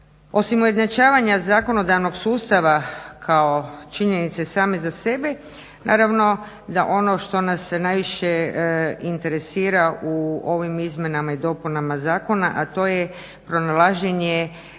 Osim ujednačavanja zakonodavnog sustava kao činjenice same za sebe naravno da ono što nas najviše interesira u ovim izmjenama i dopunama zakona, a to je pronalaženje